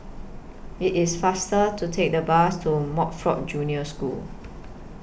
IT IS faster to Take The Bus to Montfort Junior School